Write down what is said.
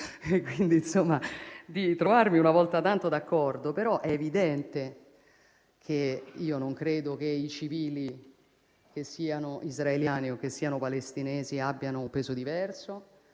quindi di trovarmi una volta tanto d'accordo, ma è evidente che io non credo che i civili, che siano israeliani o che siano palestinesi, abbiano un peso diverso.